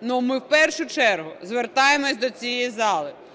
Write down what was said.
Ну, ми в першу чергу звертаємося до цієї зали: